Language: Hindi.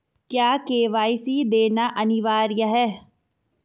क्या के.वाई.सी देना अनिवार्य है?